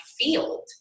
field